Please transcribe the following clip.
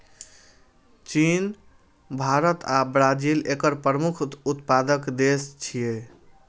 चीन, भारत आ ब्राजील एकर प्रमुख उत्पादक देश छियै